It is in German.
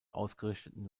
ausgerichteten